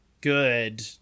good